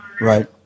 Right